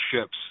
ships